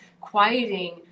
quieting